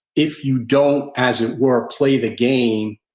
if you don't, as it were, play the game,